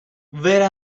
where